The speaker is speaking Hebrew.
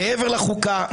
מעבר לחוקה.